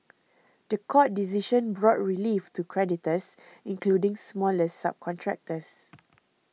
the court decision brought relief to creditors including smaller subcontractors